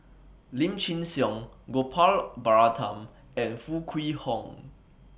Lim Chin Siong Gopal Baratham and Foo Kwee Horng